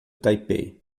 taipei